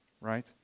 right